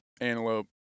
antelope